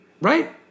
Right